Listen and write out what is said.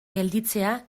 gelditzea